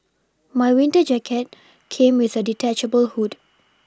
my winter jacket came with a detachable hood